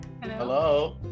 Hello